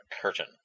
curtain